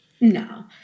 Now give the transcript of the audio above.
No